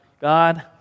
God